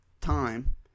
time